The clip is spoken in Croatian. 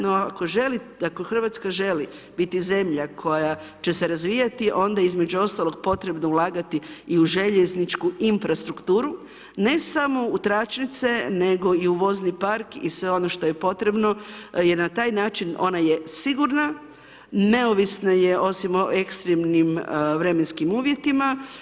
No ako Hrvatska želi biti zemlja koja će se razvijati onda je između ostalog potrebno ulagati i u željezničku infrastrukturu, ne samo u tračnice nego i u vozni park i sve ono što je potrebno jer na taj način ona je sigurna, neovisna je osim o ekstremnim vremenskim uvjetima.